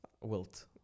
Wilt